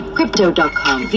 Crypto.com